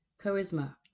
charisma